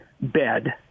bed